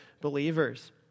believers